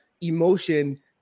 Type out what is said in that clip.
emotion